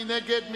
מי נגד?